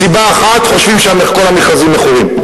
סיבה אחת, הם חושבים שכל המכרזים מכורים.